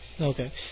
Okay